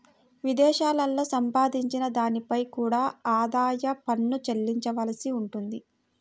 విదేశాలలో సంపాదించిన దానిపై కూడా ఆదాయ పన్ను చెల్లించవలసి ఉంటుంది